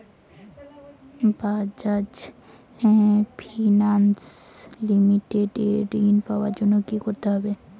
Bajaj finance limited এ ঋন পাওয়ার জন্য কি করতে হবে?